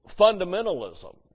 fundamentalism